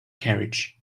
carriage